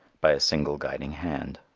by a single guiding hand.